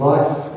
Life